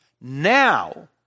now